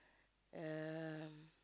uh